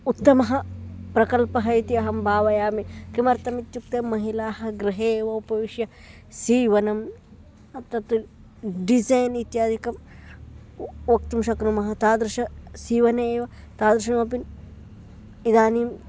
उत्तमः प्रकल्पः इति अहं भावयामि किमर्थम् इत्युक्ते महिलाः गृहे एव उपविश्य सीवनं तत् डिसैन् इत्यादिकं वक्तुं शक्नुमः तादृशसीवने एव तादृशमपि इदानीं